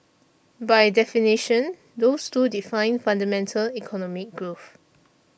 by definition those two define fundamental economic growth